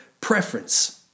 preference